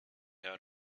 out